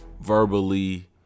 verbally